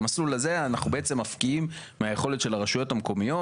במסלול הזה אנחנו בעצם מפקיעים מהיכולת של הרשויות המקומיות.